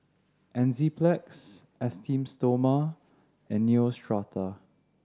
Enzyplex Esteem Stoma and Neostrata